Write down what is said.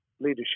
leadership